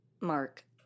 Mark